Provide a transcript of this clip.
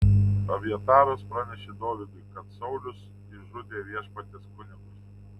abjataras pranešė dovydui kad saulius išžudė viešpaties kunigus